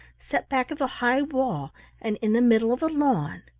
set back of a high wall and in the middle of a lawn.